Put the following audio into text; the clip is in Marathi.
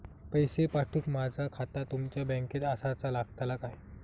पैसे पाठुक माझा खाता तुमच्या बँकेत आसाचा लागताला काय?